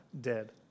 dead